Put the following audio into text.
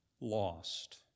lost